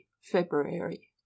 february